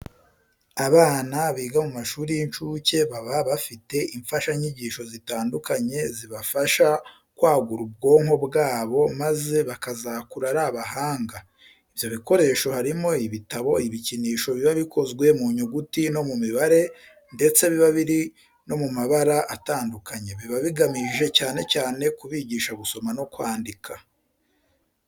Abana biga mu mashuri y'incuke baba bafite imfashanyigisho zitandukanye zibafasha kwagura ubwonko bwabo maze bakazakura ari abahanga. Ibyo bikoresho harimo ibitabo, ibikinisho biba bikozwe mu nyuguti no mu mibare ndetse biba biri no mu mabara atandukanye. Biba bigamije cyane cyane kubigisha gusoma no kwandika.